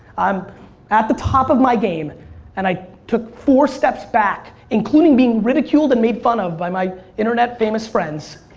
i'm at the top of my game and i took four steps back including being ridiculed and made fun of by my internet famous friends,